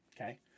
Okay